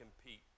compete